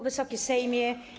Wysoki Sejmie!